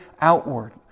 outward